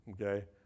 Okay